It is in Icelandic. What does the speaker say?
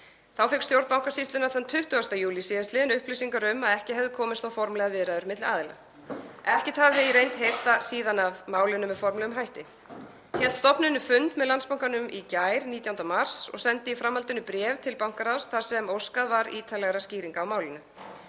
Þá fékk stjórn Bankasýslunnar þann 20. júlí sl. upplýsingar um að ekki hefðu komist á formlegar viðræður milli aðila. Ekkert hafi í reynd heyrst síðan af málinu með formlegum hætti. Hélt stofnunin fund með Landsbankanum í gær, 19. mars, og sendi í framhaldinu bréf til bankaráðs þar sem óskað var ítarlegra skýringa á málinu,